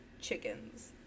chickens